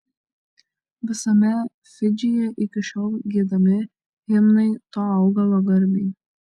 visame fidžyje iki šiol giedami himnai to augalo garbei